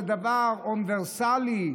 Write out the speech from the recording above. זה דבר אוניברסלי.